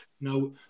Now